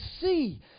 see